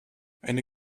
eine